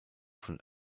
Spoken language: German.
von